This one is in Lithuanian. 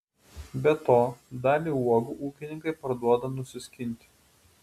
be to dalį uogų ūkininkai parduoda nusiskinti